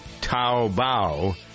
Taobao